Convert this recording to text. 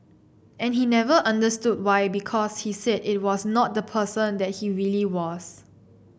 and he never understood why because he said it was not the person that he really was